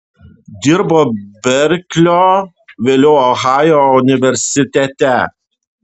dirbo berklio vėliau ohajo universitete